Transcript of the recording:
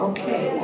Okay